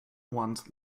ones